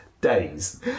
Days